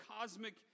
cosmic